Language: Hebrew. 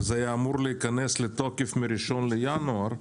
וזה היה אמור להיכנס לתוקף מ-1 בינואר,